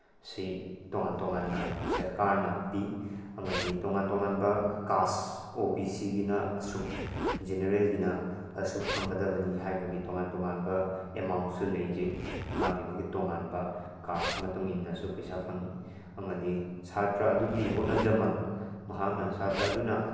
ꯁꯤ ꯇꯣꯉꯥꯟ ꯇꯣꯉꯥꯟꯅ ꯁ꯭ꯔꯀꯥꯔꯅ ꯄꯤ ꯑꯃꯗꯤ ꯇꯣꯉꯥꯟ ꯇꯣꯉꯥꯟꯕ ꯀꯥꯁ ꯑꯣ ꯕꯤ ꯁꯤꯒꯤꯅ ꯑꯁꯨꯛ ꯖꯦꯅꯔꯦꯜꯒꯤꯅ ꯑꯁꯨꯛ ꯐꯪꯒꯗꯕꯅꯤ ꯍꯥꯏꯕꯒꯤ ꯇꯣꯉꯥꯟ ꯇꯣꯉꯥꯟꯕ ꯑꯦꯃꯥꯎꯟꯁꯨ ꯂꯩꯖꯩ ꯃꯥꯒꯤ ꯃꯥꯒꯤ ꯇꯣꯉꯥꯟꯕ ꯀꯥꯁꯀꯤ ꯃꯇꯨꯡ ꯏꯟꯅꯁꯨ ꯄꯩꯁꯥ ꯐꯪꯏ ꯑꯃꯗꯤ ꯁꯥꯇ꯭ꯔ ꯑꯗꯨꯒꯤ ꯍꯣꯠꯅꯖꯃꯟ ꯃꯍꯥꯛꯅ ꯁꯥꯇ꯭ꯔ ꯑꯗꯨꯅ